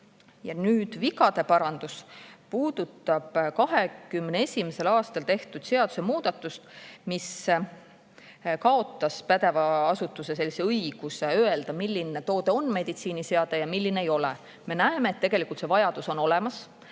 Nüüd, vigade parandus puudutab 2021. aastal tehtud seadusemuudatust, mis kaotas pädeva asutuse õiguse öelda, milline toode on meditsiiniseade ja milline ei ole. Me näeme, et tegelikult see vajadus on olemas.